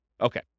Okay